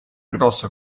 grossa